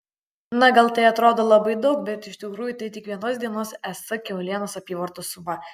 na gal tai atrodo labai daug bet iš tikrųjų tai tik vienos dienos es kiaulienos apyvartos suma